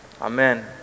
Amen